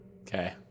Okay